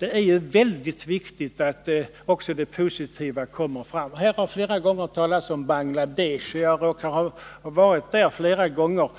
Det är väldigt viktigt att också det positiva kommer fram. Bangladesh har nämnts, och jag råkar ha varit där flera gånger.